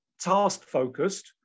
task-focused